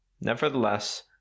Nevertheless